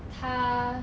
他